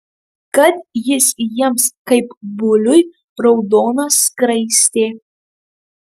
kad jis jiems kaip buliui raudona skraistė